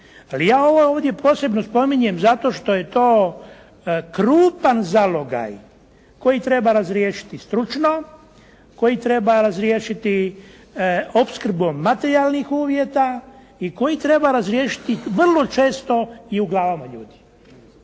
Ali ja ovo ovdje posebno spominjem zato što je to krupan zalogaj koji treba razriješiti stručno, koji treba razriješiti opskrbom materijalnih uvjeta i koji treba razriješiti vrlo često i u glavama ljudi.